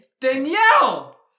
Danielle